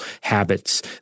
habits